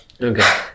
okay